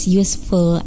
useful